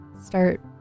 start